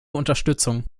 unterstützung